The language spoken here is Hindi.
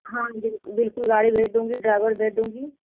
हाँ बिल्कु बिल्कुल गाड़ी भेज दूँगी ड्राइबर भेज दूँगी